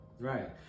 Right